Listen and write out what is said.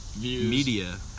media